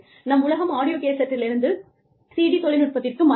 நம் உலகம் ஆடியோகேசட்டிலிருந்து CD தொழில்நுட்பத்திற்கு மாறியது